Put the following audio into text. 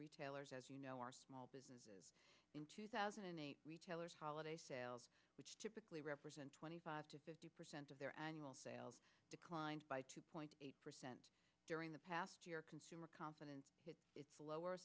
retailers as you know are small businesses in two thousand and eight retailers holiday sales which typically represent twenty five to fifty percent of their annual sales declined by two point eight percent during the past year consumer confidence hit its